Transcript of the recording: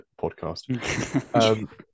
podcast